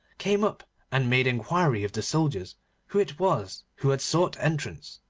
came up and made inquiry of the soldiers who it was who had sought entrance.